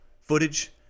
footage